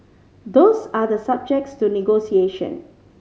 those are the subject to negotiation